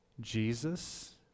Jesus